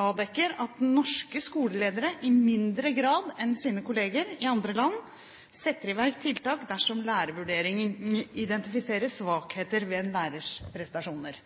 avdekker at norske skoleledere i mindre grad enn sine kollegaer i andre land setter i verk tiltak dersom lærervurderinger identifiserer svakheter ved en lærers prestasjoner.